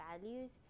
values